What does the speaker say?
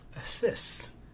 assists